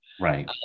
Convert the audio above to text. Right